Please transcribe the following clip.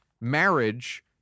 marriage